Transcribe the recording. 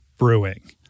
brewing